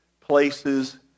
places